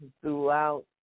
throughout